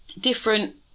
different